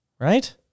Right